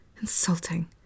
Insulting